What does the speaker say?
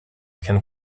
can